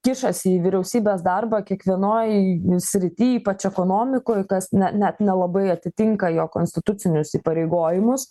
kišasi į vyriausybės darbą kiekvienoj srity ypač ekonomikoj kas ne net nelabai atitinka jo konstitucinius įsipareigojimus